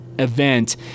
event